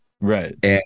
Right